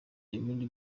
ibindi